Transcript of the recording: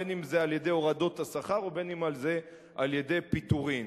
בין אם זה על-ידי הורדות השכר ובין אם זה על-ידי פיטורין.